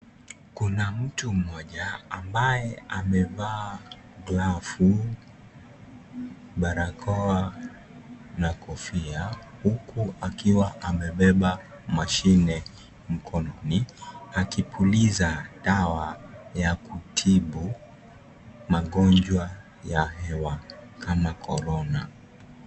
Kuna mtu mmoja ambaye amevaa glavu, barakoa na kofia huku akiwa amebeba mashine mkononi akipuliza dawa ya kutibu magonjwa ya hewa kama korona.